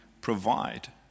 provide